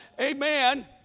Amen